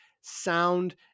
sound